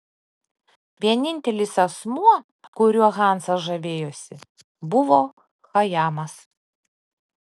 vienintelis asmuo kuriuo hasanas žavėjosi buvo chajamas